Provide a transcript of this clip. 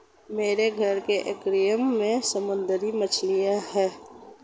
मेरे घर के एक्वैरियम में समुद्री मछलियां हैं